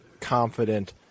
confident